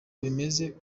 bimeze